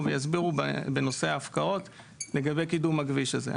ויסבירו בנושא ההפקעות לגבי קידום הכביש הזה.